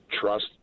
trust